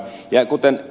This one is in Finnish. ja kuten ed